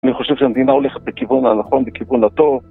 אני חושב שהמדינה הולכת בכיוון הנכון, בכיוון הטוב.